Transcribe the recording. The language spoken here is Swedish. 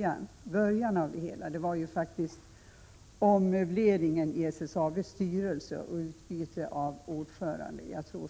Jag tror faktiskt att det började med ommöbleringen i SSAB:s styrelse och utbytet av företagets ordförande. Det som